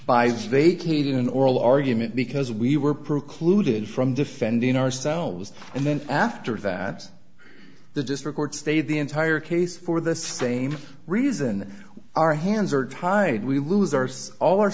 by vacating an oral argument because we were precluded from defending ourselves and then after that the district court stayed the entire case for the same reason our hands are tied we lose our so all our